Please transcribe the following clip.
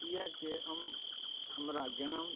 किएकि हम हमरा जनम